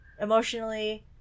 emotionally